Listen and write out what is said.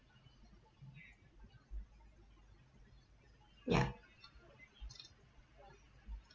ya